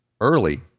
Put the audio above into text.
early